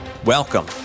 Welcome